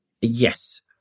Yes